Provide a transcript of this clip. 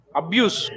abuse